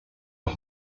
das